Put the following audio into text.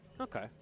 Okay